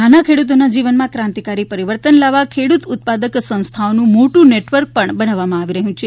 નાના ખેડુતોના જીવનમાં ક્રાંતિકારી પરિવર્તન લાવવા ખેડૂત ઉત્પાદક સંસ્થાઓનું મોટું નેટવર્ક પણ બનાવવામાં આવી રહ્યું છે